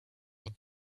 but